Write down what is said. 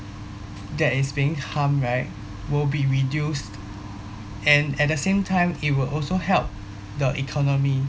that is being harmed right will be reduced and at the same time it will also help the economy